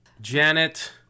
Janet